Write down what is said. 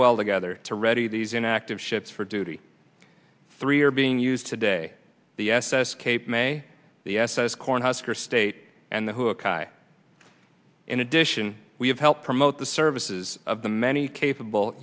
well together to ready these inactive ships for duty three are being used today the s s cape may the s s cornhusker state and the in addition we have helped promote the services of the many capable